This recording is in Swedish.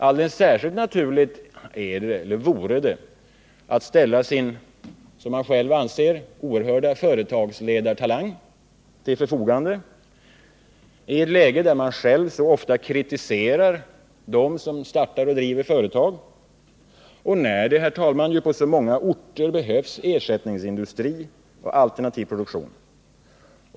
Alldeles särskilt naturligt vore det att ställa sin, som man själv anser, oerhörda företagsledartalang till förfogande i ett läge där man själv så ofta kritiserar dem som startar och driver företag och när det, herr talman, på så många orter behövs ersättningsindustri och alternativ produktion.